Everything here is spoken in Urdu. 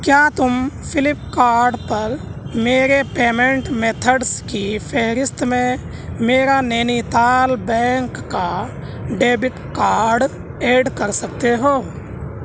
کیا تم فلپ کارٹ پرمیرے پیمینٹ میتھڈز کی فہرست میں میرا نینی تال بینک کا ڈیبٹ کارڈ ایڈ کر سکتے ہو